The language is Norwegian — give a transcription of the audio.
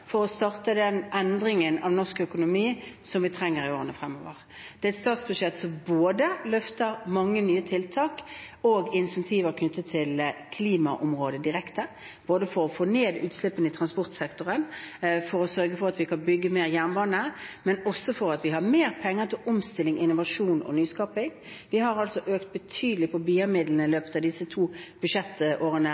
for å starte den endringen av norsk økonomi som vi trenger i årene fremover. Det er et statsbudsjett som løfter mange nye tiltak og incentiver knyttet til klimaområdet direkte, både for å få ned utslippene i transportsektoren, for å kunne bygge mer jernbane, og for å sørge for at vi har mer penger til omstilling, innovasjon og nyskaping. Vi har økt betydelig på BIA-midlene i løpet av de to